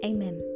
Amen